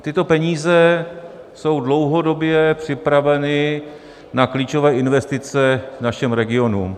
Tyto peníze jsou dlouhodobě připraveny na klíčové investice v našem regionu.